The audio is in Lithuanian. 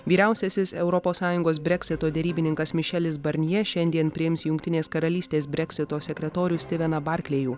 vyriausiasis europos sąjungos breksito derybininkas mišelis barnjė šiandien priims jungtinės karalystės breksito sekretorių stiveną barklėjų